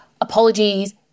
apologies